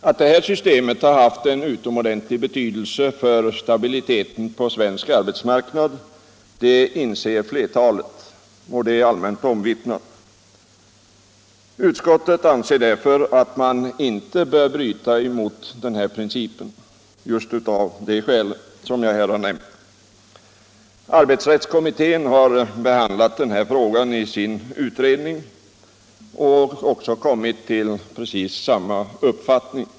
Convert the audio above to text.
Att detta system har haft utomordentligt stor betydelse för stabiliteten på svensk arbetsmarknad inser flertalet, och detta är också allmänt omvittnat. Utskottet anser därför att man inte bör bryta mot den här principen just av det skäl som jag här har nämnt. Arbetsrättskommittén har också behandlat den här frågan och kommit till precis samma uppfattning.